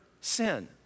sin